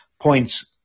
points